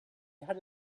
had